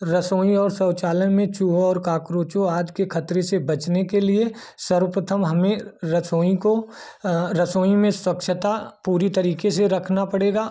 रसोई और शौचालय में चूहों और कॉकरोचों आज के खतरे से बचने के लिए सर्वप्रथम हमें रसोई को रसोई में स्वच्छता पूरी तरीके से रखना पड़ेगा